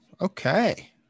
Okay